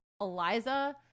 Eliza